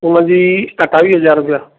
हुनजी सतावीह हज़ार रुपिया